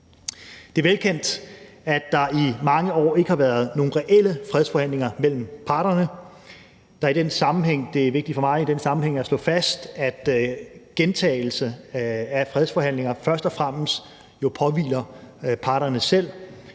Det er velkendt, at der i mange år ikke har været nogen reelle fredsforhandlinger mellem parterne, og det er vigtigt for mig i den sammenhæng at slå fast, at gentagelse af fredsforhandlinger jo først og fremmest påhviler parterne selv.